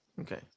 Okay